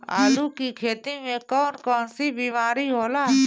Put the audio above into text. आलू की खेती में कौन कौन सी बीमारी होला?